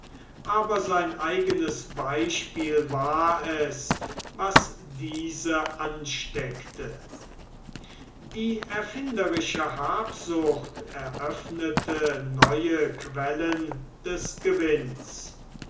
aber sein eigenes beispiel war es was diese ansteckte die erfinderische habsucht eröffnete neue quellen des gewinns